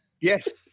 Yes